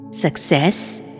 Success